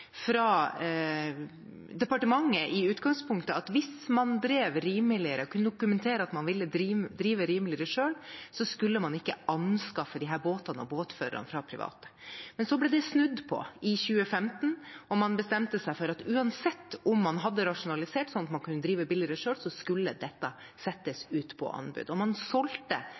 fra departementet at hvis man drev rimeligere og kunne dokumentere at man selv ville drive rimeligere, skulle man ikke anskaffe disse båtene og båtførerne fra det private. Men så ble det snudd på i 2015, og man bestemte seg for at uansett om man hadde rasjonalisert slik at man kunne drive billigere selv, skulle dette settes ut på anbud. Man solgte